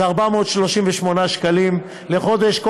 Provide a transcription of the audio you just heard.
זה 438 שקלים לחודש.